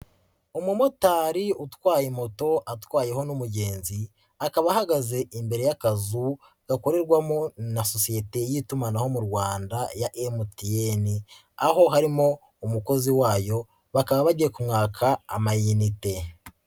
Umumotari utwaye moto atwayeho n'umugenzi, akaba ahagaze imbere y'akazu gakorerwamo na sosiyete y'itumanaho mu Rwanda ya MTN, aho harimo umukozi wayo bakaba bagiye kumwaka amayinite.